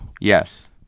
Yes